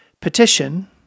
petition